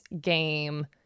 game